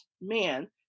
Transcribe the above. man